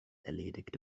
erledigt